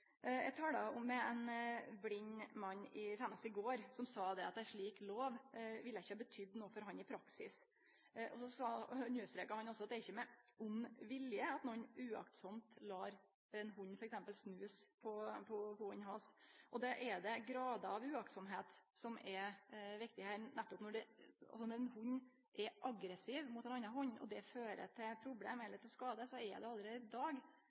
Eg tala med ein blind mann seinast i går som sa at ein slik lov ikkje ville betydd noko for han i praksis. Så understreka han at det ikkje er med vond vilje at nokon aktlaust lèt ein hund t.d. snuse på hunden hans. Då er det grader av aktløyse som er viktig her. Når ein hund er aggressiv mot ein annan hund, og det fører til problem eller skade, er det allereie i dag